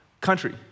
country